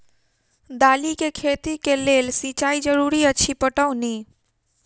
दालि केँ खेती केँ लेल सिंचाई जरूरी अछि पटौनी?